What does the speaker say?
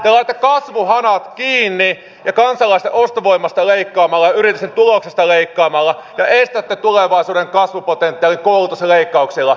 te laitatte kasvuhanat kiinni kansalaisten ostovoimasta leikkaamalla yritysten tuloksesta leikkaamalla ja estätte tulevaisuuden kasvupotentiaalin koulutusleikkauksilla